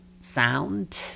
sound